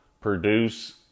produce